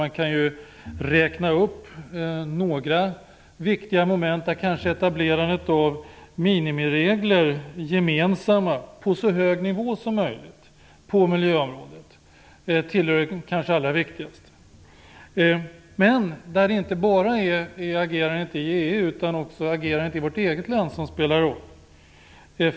Jag kan räkna upp några viktiga moment, där etablerandet av gemensamma minimiregler på miljöområdet på så hög nivå som möjligt kanske hör till det allra viktigaste. Men det är inte bara agerandet i EU utan också i vårt eget land som spelar roll.